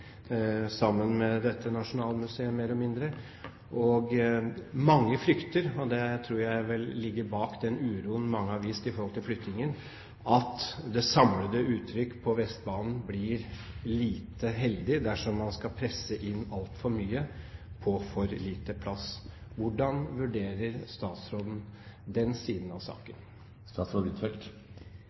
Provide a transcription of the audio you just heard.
sammen med dette nasjonalmuseet. Mange frykter, og det tror jeg ligger bak den uroen mange har vist med hensyn til flyttingen, at det samlede uttrykk på Vestbanen blir lite heldig dersom man skal presse inn altfor mye på for lite plass. Hvordan vurderer statsråden den siden av saken?